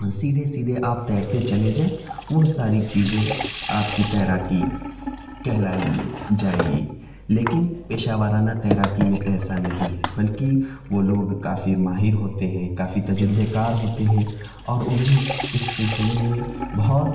سیدھے سیدھے آپ تیرتے چلے جائیں وہ ساری چیزیں آپ کی تیراکی کہلائی جائے گی لیکن پیشہ وارانہ تیراکی میں ایسا نہیں ہے بلکہ وہ لوگ کافی ماہر ہوتے ہیں کافی تجربہ کار ہوتے ہیں اور انہیں اس سلسلے میں بہت